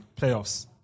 playoffs